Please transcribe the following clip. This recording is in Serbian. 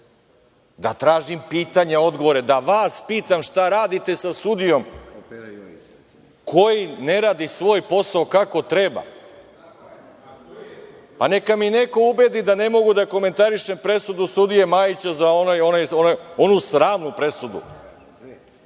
da tražim pitanja, odgovore, da vas pitam šta radite sa sudijom koji ne radi svoj posao kako treba. Pa, neka me neko ubedi da ne mogu da komentarišem presudu sudije Majića, onu sramnu presudu.